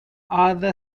other